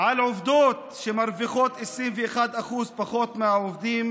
על עובדות שמרוויחות 21% פחות מהעובדים